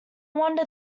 wonder